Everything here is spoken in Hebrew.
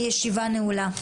הישיבה נעולה.